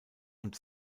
und